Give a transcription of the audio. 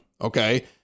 okay